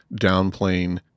downplaying